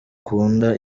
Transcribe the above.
ukunda